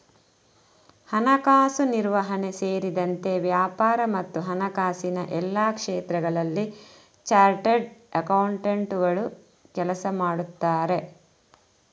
ಹಣಕಾಸು ನಿರ್ವಹಣೆ ಸೇರಿದಂತೆ ವ್ಯಾಪಾರ ಮತ್ತು ಹಣಕಾಸಿನ ಎಲ್ಲಾ ಕ್ಷೇತ್ರಗಳಲ್ಲಿ ಚಾರ್ಟರ್ಡ್ ಅಕೌಂಟೆಂಟುಗಳು ಕೆಲಸ ಮಾಡುತ್ತಾರೆ